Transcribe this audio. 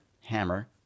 hammer